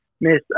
miss